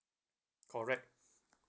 correct